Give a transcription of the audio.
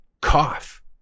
cough